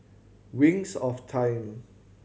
Wings of Time